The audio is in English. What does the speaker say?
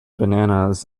bananas